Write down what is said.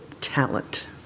talent